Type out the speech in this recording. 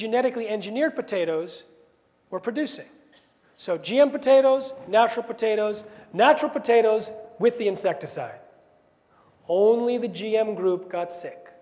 genetically engineer potatoes were producing so g m potatoes natural potatoes natural potatoes with the insecticide only the g m group got sick